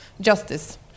justice